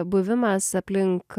buvimas aplink